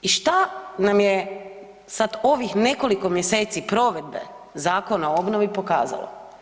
I šta nam je sad ovih nekoliko mjeseci provedbe Zakona o obnovi pokazalo?